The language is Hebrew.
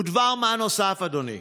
ודבר מה נוסף, אדוני: